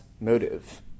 motive